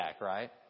right